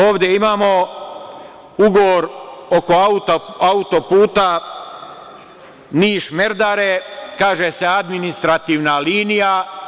Ovde imamo ugovor oko autoputa Niš-Merdare, kaže se administrativna linija.